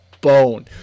bone